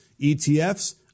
ETFs